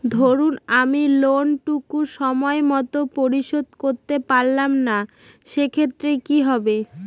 ধরুন আমি লোন টুকু সময় মত পরিশোধ করতে পারলাম না সেক্ষেত্রে কি হবে?